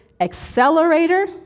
accelerator